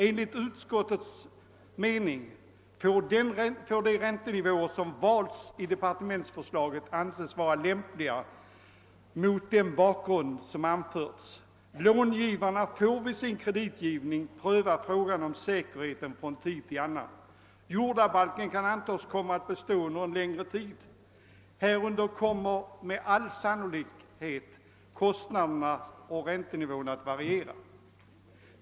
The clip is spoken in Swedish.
Enligt utskottets mening får de räntenivåer som valts i departementsförslaget anses vara lämpliga mot den bakgrund som där har anförts. Långivarna får vid sin kreditgivning pröva frågan om säkerheten från tid till annan. Jordabalken kan antas komma att bestå under en längre tid. Härunder kommer med all sannolikhet kostnadsoch räntenivån att variera.